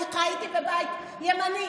אני חייתי בבית ימני.